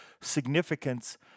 significance